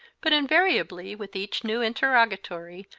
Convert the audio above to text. but invariably, with each new interrogatory,